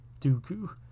Dooku